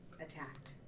attacked